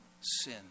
sin